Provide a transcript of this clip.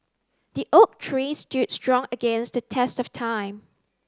the oak tree stood strong against the test of time